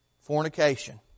Fornication